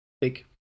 big